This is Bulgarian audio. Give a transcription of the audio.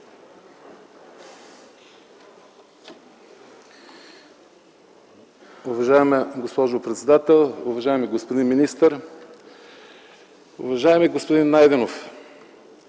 Уважаема госпожо председател, уважаеми господин министър! Уважаеми господин Найденов,